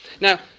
Now